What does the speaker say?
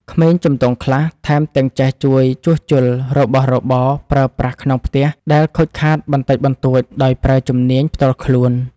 ក្មេងជំទង់ខ្លះថែមទាំងចេះជួយជួសជុលរបស់របរប្រើប្រាស់ក្នុងផ្ទះដែលខូចខាតបន្តិចបន្តួចដោយប្រើជំនាញផ្ទាល់ខ្លួន។